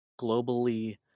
globally